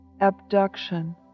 abduction